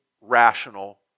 rational